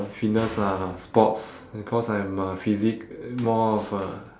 fitness ah sports because I am a physic~ more of a